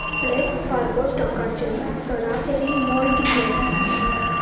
flax Fargo स्टोकाचें सरासरी मोल कितलें